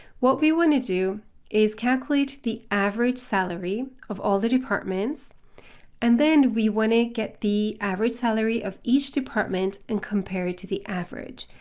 what we want to do is calculate the average salary of all the departments and then we want to get the average salary of each department and compare it to the average,